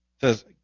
says